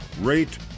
rate